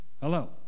hello